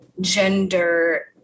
gender